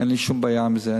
אין לי שום בעיה עם זה.